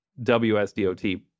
wsdot